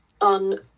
on